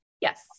Yes